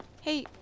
Hey